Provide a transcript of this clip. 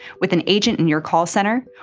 with an agent in your call center,